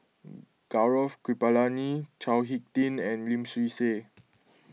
Gaurav Kripalani Chao Hick Tin and Lim Swee Say